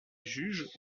juge